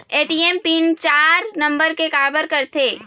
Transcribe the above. ATM pin चार number के काबर करथे?